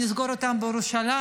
של: נסגור אותם בירושלים,